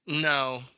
No